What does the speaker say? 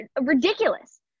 ridiculous